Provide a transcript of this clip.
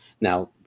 Now